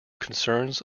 concerns